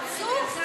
אתה חצוף.